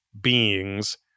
beings